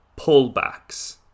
pullbacks